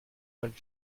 bonne